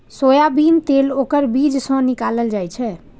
soybean तेल ओकर बीज सं निकालल जाइ छै